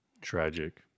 Tragic